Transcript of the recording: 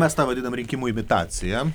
mes tą vadinam rinkimų imitacija